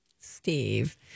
Steve